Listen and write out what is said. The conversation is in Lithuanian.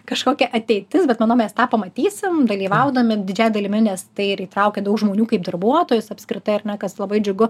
kažkokia ateitis bet manau mes tą pamatysim dalyvaudami didžiąja dalimi nes tai ir įtraukia daug žmonių kaip darbuotojus apskritai ar ne kas labai džiugu